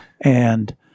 And-